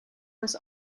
was